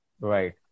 Right